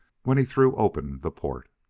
when he threw open the port.